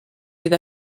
with